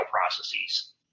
processes